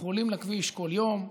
אנחנו עולים לכביש כל יום,